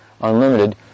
unlimited